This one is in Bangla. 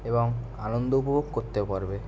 এবং আনন্দ উপভোগ করতেও পারবে